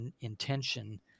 intention